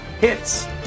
hits